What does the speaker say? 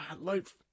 life